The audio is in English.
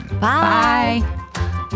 Bye